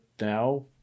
now